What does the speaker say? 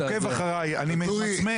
הוא עוקב אחריי, אני ממצמץ.